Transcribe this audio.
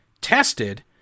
tested